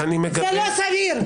זה לא סביר.